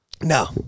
No